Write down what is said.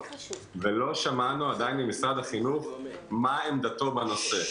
ועוד לא שמענו ממשרד החינוך את עמדתו בנושא.